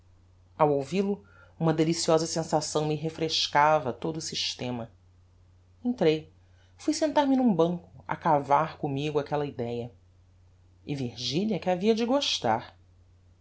ao ouvil-o uma deliciosa sensação me refrescava todo o systema entrei fui sentar-me n'um banco a cavar commigo aquella idéa e virgilia que havia de gostar